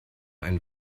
ein